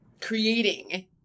creating